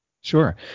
Sure